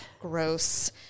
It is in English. gross